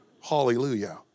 Hallelujah